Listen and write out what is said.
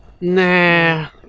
nah